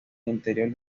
interior